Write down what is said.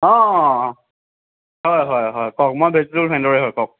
অঁ অঁ হয় হয় হয় কওক মই ভেজিটেবল ভেনণ্ডৰেই হয় কওক